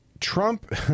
Trump